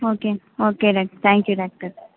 ஓகேங்க okay doc thank you doctor